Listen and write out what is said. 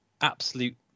absolute